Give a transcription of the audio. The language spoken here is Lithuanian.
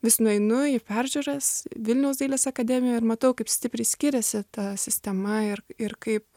vis nueinu į peržiūras vilniaus dailės akademijoj ir matau kaip stipriai skiriasi ta sistema ir ir kaip